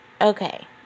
Okay